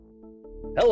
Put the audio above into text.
Hello